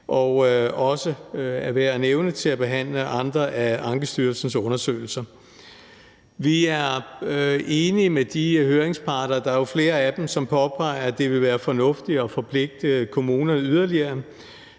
som det er værd at nævne, at behandle andre af Ankestyrelsens undersøgelser. Vi er enige med de høringsparter, og der er jo flere af dem, som påpeger, at det vil være fornuftigt at forpligte kommunerne yderligere.